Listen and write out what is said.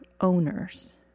owners